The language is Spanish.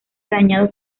dañados